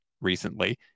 recently